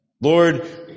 Lord